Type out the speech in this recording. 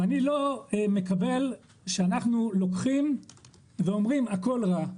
ואני לא מקבל שאנחנו לוקחים ואומרים הכל רע,